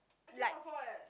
like